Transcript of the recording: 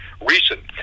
recent